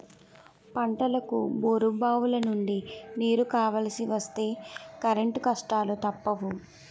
పంటలకు బోరుబావులనుండి నీరు కావలిస్తే కరెంటు కష్టాలూ తప్పవు